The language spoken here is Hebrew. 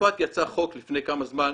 בצרפת יצא חוק לפני כמה זמן,